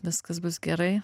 viskas bus gerai